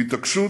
התעקשות